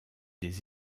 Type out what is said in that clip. des